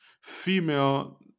female